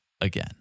again